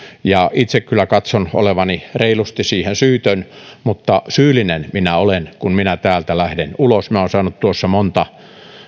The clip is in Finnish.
itse kyllä katson olevani reilusti siihen syytön mutta syyllinen minä olen kun minä täältä lähden ulos minä olen saanut monta